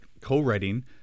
co-writing